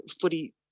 footy